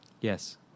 yes